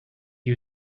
you